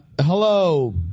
Hello